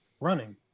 running